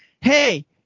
Hey